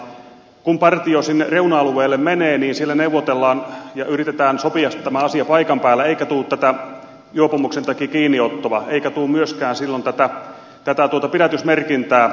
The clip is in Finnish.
kun partio sinne reuna alueelle menee niin siellä neuvotellaan ja yritetään sopia tämä asia paikan päällä eikä tule tätä juopumuksen takia kiinniottoa eikä tule myöskään silloin tätä pidätysmerkintää